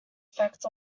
effect